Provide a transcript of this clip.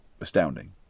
astounding